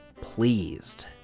pleased